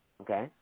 Okay